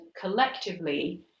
collectively